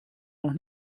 noch